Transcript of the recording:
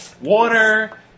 water